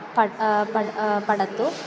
पठ पठ पठतु